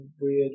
weird